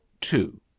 two